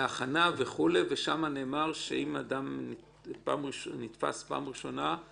להכנה ושמה נאמר שאם אדם נתפס בפעם הראשונה אז